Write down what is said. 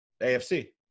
AFC